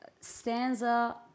stanza